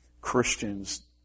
Christians